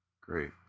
Great